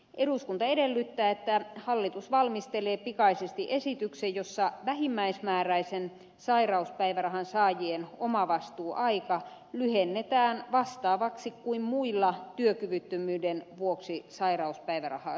eduskunta edellyttää että hallitus valmistelee pikaisesti esityksen jossa vähimmäismääräisen sairauspäivärahan saajien omavastuuaika lyhennetään vastaavaksi kuin muilla työkyvyttömyyden vuoksi sairauspäivärahaa saavilla